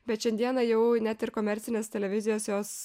bet šiandieną jau net ir komercinės televizijos jos